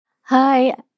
Hi